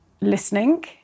listening